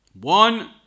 One